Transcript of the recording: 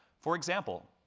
for example,